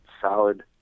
solid